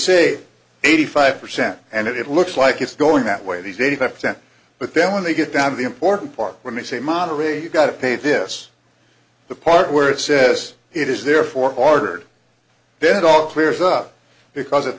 say eighty five percent and it looks like it's going that way these eighty five percent but then when they get down to the important part when they say moderate you got to pay this the part where it says it is therefore ordered then it all clears up because at